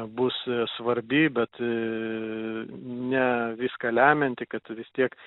bus svarbi bet a ne viską lemianti kad vis tiek